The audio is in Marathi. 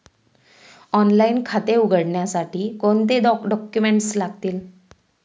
ऑनलाइन खाते उघडण्यासाठी कोणते डॉक्युमेंट्स लागतील?